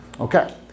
okay